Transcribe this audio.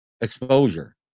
exposure